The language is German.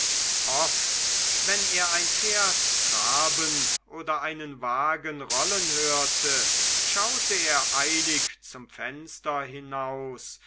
oft wenn er ein pferd traben oder einen wagen rollen hörte schaute er eilig zum fenster hinaus